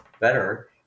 better